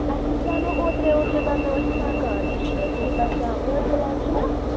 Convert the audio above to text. اَسہِ حظ بنوو اوترٕ اوترٕے بنوو اَسہِ مکان أسۍ چھِ یتھٕے بسان مہر پُلان چھِنا